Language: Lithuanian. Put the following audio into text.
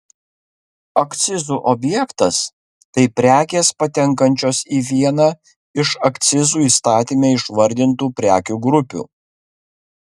akcizų objektas tai prekės patenkančios į vieną iš akcizų įstatyme išvardintų prekių grupių